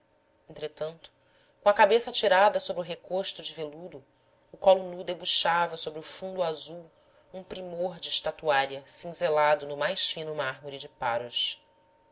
entretanto com a cabeça atirada sobre o recosto de veludo o colo nu de buxava sobre o fundo azul um primor de estatuária cinzelado no mais fino mármore de paros